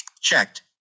Checked